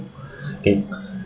okay